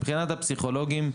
מבחינת הפסיכולוגים,